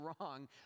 wrong